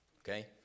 okay